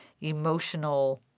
emotional